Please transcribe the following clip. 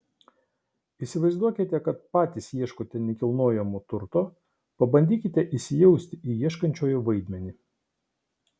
įsivaizduokite kad patys ieškote nekilnojamojo turto pabandykite įsijausti į ieškančiojo vaidmenį